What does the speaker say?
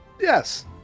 Yes